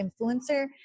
influencer